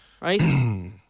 right